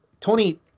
Tony